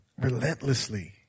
relentlessly